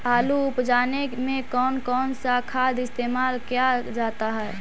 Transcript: आलू उप जाने में कौन कौन सा खाद इस्तेमाल क्या जाता है?